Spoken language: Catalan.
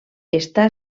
està